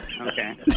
Okay